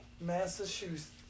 Massachusetts